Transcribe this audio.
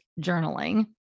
journaling